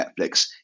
Netflix